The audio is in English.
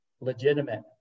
legitimate